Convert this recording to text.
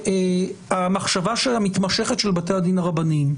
המחשבה המתמשכת של בתי הדין הרבניים,